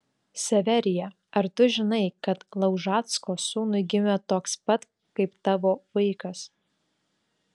severija ar tu žinai kad laužacko sūnui gimė toks pat kaip tavo vaikas